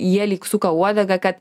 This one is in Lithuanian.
jie lyg suka uodegą kad